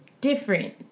different